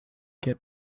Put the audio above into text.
get